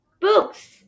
Books